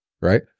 right